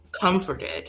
comforted